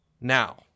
Now